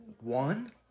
One